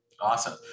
awesome